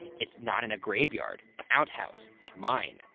it's not in a graveyard, outhouse, mine,